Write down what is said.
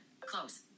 Close